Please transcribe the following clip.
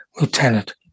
lieutenant